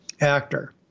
actor